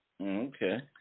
Okay